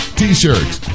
t-shirts